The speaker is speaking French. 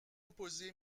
opposée